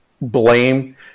blame